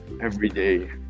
everyday